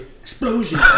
Explosion